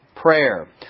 prayer